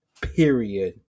period